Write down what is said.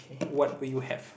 what would you have